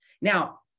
now